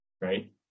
right